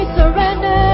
surrender